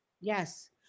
Yes